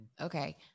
okay